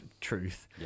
truth